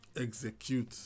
execute